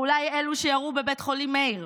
או אולי אלו שירו בבית חולים מאיר,